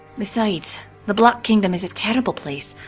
besides, the black kingdom is a terrible place,